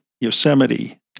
Yosemite